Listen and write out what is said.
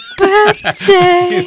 birthday